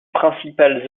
principales